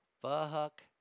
Fuck